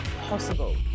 possible